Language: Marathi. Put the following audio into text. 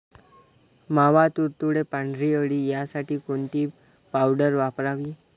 मावा, तुडतुडे, पांढरी अळी यासाठी कोणती पावडर वापरावी?